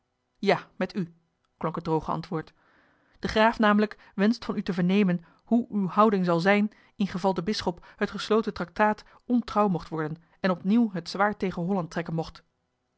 ja met u klonk het droge antwoord de graaf namelijk wenscht van u te vernemen hoe uwe houding zal zijn ingeval de bisschop het gesloten tractaat ontrouw mocht worden en opnieuw het zwaard tegen holland trekken mocht